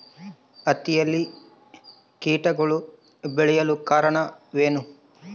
ಹತ್ತಿಯಲ್ಲಿ ಕೇಟಗಳು ಬೇಳಲು ಕಾರಣವೇನು?